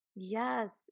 Yes